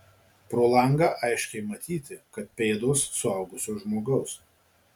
pro langą aiškiai matyti kad pėdos suaugusio žmogaus